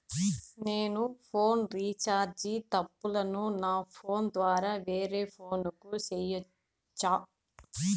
నేను phone recharge తప్పులను నా ఫోను ద్వారా వేరే ఫోను కు సేయొచ్చా?